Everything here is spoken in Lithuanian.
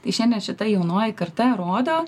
tai šiandien šita jaunoji karta rodo